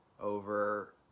over